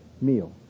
meal